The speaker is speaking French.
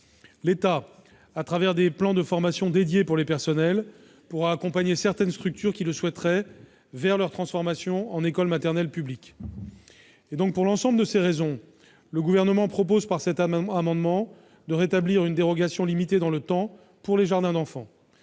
L'État, au travers des plans de formation dédiés pour les personnels, pourra accompagner certaines structures qui le souhaiteraient vers leur transformation en école maternelle publique. Pour l'ensemble de ces raisons, le Gouvernement propose, avec cet amendement, de rétablir une dérogation limitée dans le temps pour les jardins d'enfants.